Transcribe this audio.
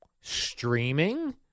Streaming